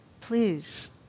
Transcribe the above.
please